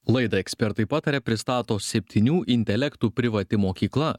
laidą ekspertai pataria pristato septynių intelektų privati mokykla